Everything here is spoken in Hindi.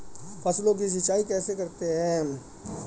फसलों की सिंचाई कैसे करते हैं?